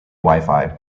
wifi